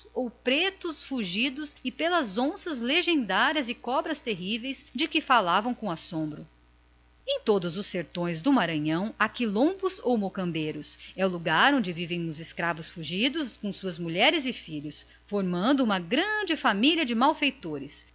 o terror dos mocambos das onças e cobras de que falam com assombro os moradores do lugar não é tão infundado aquele terror o sertão da província está cheio de mocambeiros onde vivem os escravos fugidos com suas mulheres e seus filhos formando uma grande família de malfeitores